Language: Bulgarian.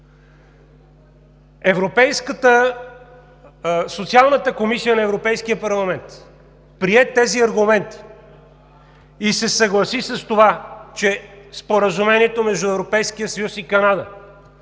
Социалната комисия на Европейския парламент прие тези аргументи и се съгласи с това, че споразумението между Европейския съюз и Канада